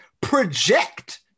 project